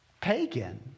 pagan